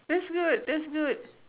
that's good that's good